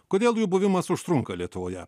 kodėl jų buvimas užtrunka lietuvoje